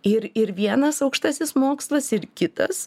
ir ir vienas aukštasis mokslas ir kitas